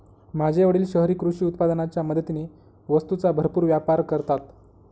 माझे वडील शहरी कृषी उत्पादनाच्या मदतीने वस्तूंचा भरपूर व्यापार करतात